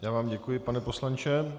Já vám děkuji, pane poslanče.